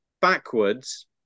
backwards